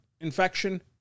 infection